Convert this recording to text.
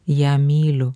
ją myliu